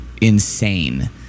insane